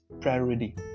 priority